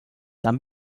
dann